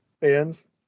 fans